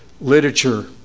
literature